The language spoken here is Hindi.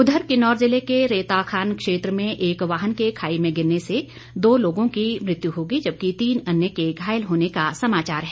उधर किन्नौर जिले के रेताखान क्षेत्र में एक वाहन के खाई में गिरने से दो लोगों की मृत्यु हो गई जबकि तीन अन्य के घायल होने का समाचार है